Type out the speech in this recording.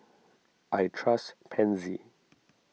I trust Pansy